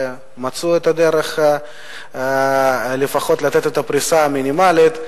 שמצאו את הדרך לפחות לתת את הפריסה המינימלית.